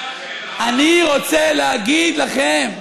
אני רוצה להגיד לכם,